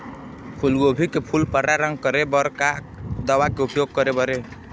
फूलगोभी के फूल पर्रा रंग करे बर का दवा के उपयोग करे बर ये?